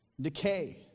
decay